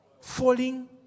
falling